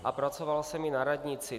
A pracoval jsem i na radnici.